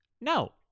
no